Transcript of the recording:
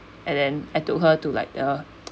and then I took her to like uh